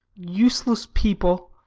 useless people,